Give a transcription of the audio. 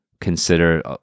consider